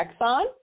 Exxon